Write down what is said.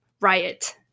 riot